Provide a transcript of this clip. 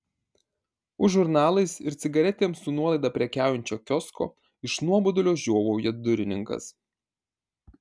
už žurnalais ir cigaretėm su nuolaida prekiaujančio kiosko iš nuobodulio žiovauja durininkas